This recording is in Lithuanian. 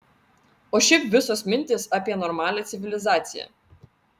o šiaip visos mintys apie normalią civilizaciją